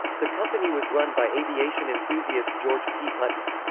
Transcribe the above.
the company was run by aviation enthusiast george p. putnam.